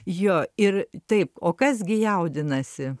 jo ir taip o kas gi jaudinasi